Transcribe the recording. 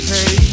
Hey